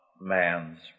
man's